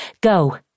Go